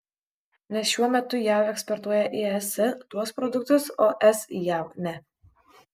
nes šiuo metu jav eksportuoja į es tuos produktus o es į jav ne